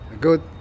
Good